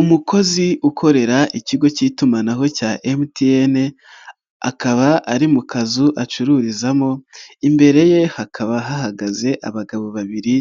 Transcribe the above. Umukozi ukorera ikigo cy'itumanaho cya MTN, akaba ari mu kazu acururizamo, imbere ye hakaba hahagaze abagabo babiri,